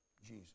Jesus